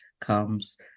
comes